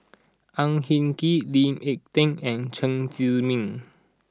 Au Hing Yee Lee Ek Tieng and Chen Zhiming